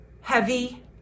heavy